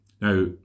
Now